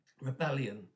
Rebellion